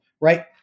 right